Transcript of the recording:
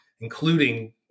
including